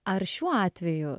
ar šiuo atveju